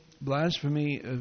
blasphemy